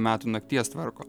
metų nakties tvarko